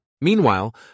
Meanwhile